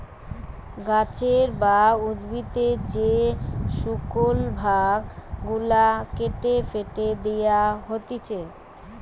গাছের বা উদ্ভিদের যে শুকল ভাগ গুলা কেটে ফেটে দেয়া হতিছে